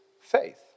faith